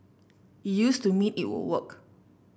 it used to mean it would work